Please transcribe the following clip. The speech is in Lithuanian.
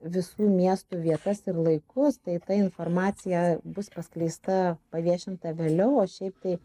visų miestų vietas ir laikus tai ta informacija bus paskleista paviešinta vėliau o šiaip tai